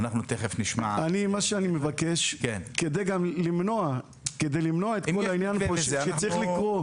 אנחנו תכף נשמע -- אני מבקש כדי למנוע את כול העניין שצריך לקרות,